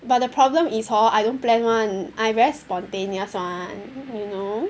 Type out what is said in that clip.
but the problem is hor I don't plan [one] I very spontaneous [one] you know